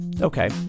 Okay